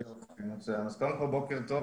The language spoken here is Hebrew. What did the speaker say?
אני חושבת שהם אחד הגורמים שצריכים להיכנס לתמונה.